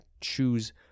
choose